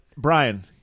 Brian